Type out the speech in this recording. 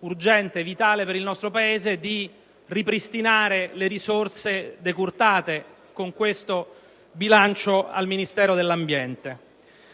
urgente e vitale per il nostro Paese, di ripristinare le risorse decurtate con questo bilancio al Ministero dell'ambiente.